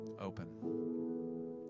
open